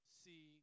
see